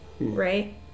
right